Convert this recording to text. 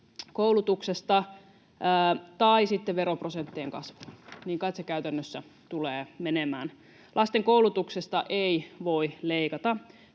koulutuksesta tai sitten veroprosenttien kasvuun. Niin kait se käytännössä tulee menemään. Lasten koulutuksesta ei voi leikata.